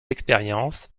expérience